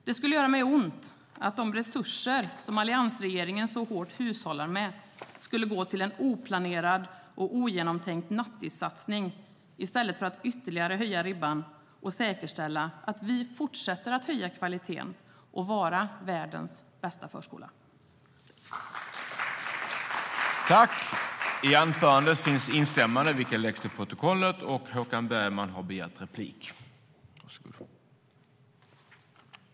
Det skulle göra mig ont om de resurser som alliansregeringen så hårt hushållar med skulle gå till en oplanerad och ogenomtänkt nattissatsning i stället för att man ytterligare höjer ribban och säkerställer att vi fortsätter att höja kvaliteten och ha världens bästa förskola. I detta anförande instämde Ulrika Carlsson i Skövde och Annika Eclund .